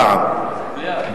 המליאה.